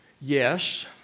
Yes